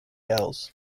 else